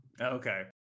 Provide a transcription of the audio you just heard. okay